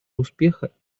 успеха